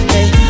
Hey